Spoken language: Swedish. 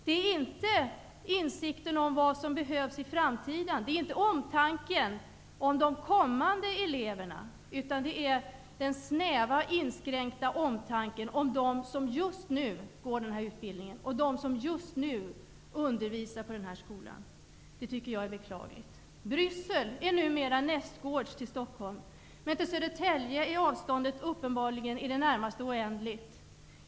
Det är inte insikten om vad som behövs i framtiden, inte omtanken om de kommande eleverna, utan det är den snäva inskränkta omtanken om dem som just nu går den här utbildningen och om dem som just nu undervisar på skolan. Jag tycker att det är beklagligt. Bryssel är numera nästgårds till Stockholm, medan avståndet till Södertälje uppenbarligen är i det närmaste oändligt.